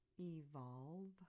evolve